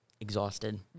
exhausted